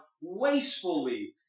wastefully